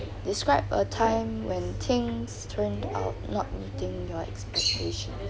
describe a time when things turn out not meeting your expectation